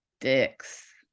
dicks